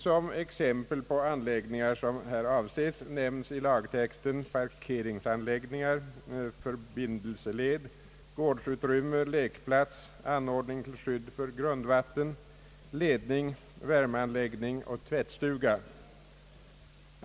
Som exempel på anläggningar som här avses nämns i lagtexten parkeringsanläggningar, förbindelseled, gårdsutrymme, lekplats, anordning till skydd för grundvatten, ledning, värmeanläggning och tvättstuga.